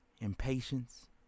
impatience